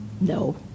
No